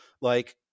Like-